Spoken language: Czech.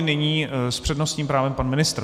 Nyní s přednostním právem pan ministr.